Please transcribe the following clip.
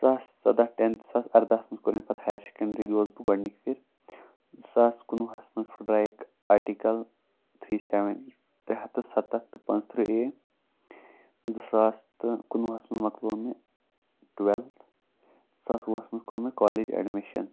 زٕ ساس سَدَہ ٹٮ۪ن زٕ ساس اَردَہَس منٛز کوٚر مےٚ پَتہٕ ہایَر سٮ۪کَنڈرٛی گوٚوُس بہٕ گۄڈٕنِکۍ پھِرۍ زٕ ساس کُنہٕ وُہَس منٛز پھٕٹراییکھ آٹِکَل تھرٛی سٮ۪وَن ترٛےٚ ہَتھ تہٕ سَتَتھ تہٕ پانٛژھ تٕرٛہ اے زٕ ساس تہٕ کُنہٕ وُہَس منٛز مَکلو مےٚ ٹُوٮ۪لتھ زٕ ساس وُہَس منٛز کوٚر مےٚ کالیج اٮ۪ڈمِشَن